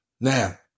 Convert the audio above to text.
Now